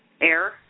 Air